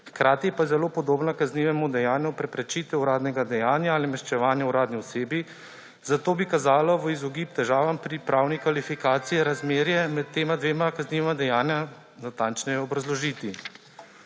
hkrati pa je zelo podobna kaznivemu dejanju preprečitev uradnega dejanja ali maščevanje uradni osebi, zato bi kazalo v izogib težavam pri pravni kvalifikaciji razmerje med tema dvema kaznivima dejanjema natančneje obrazložiti.